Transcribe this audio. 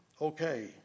okay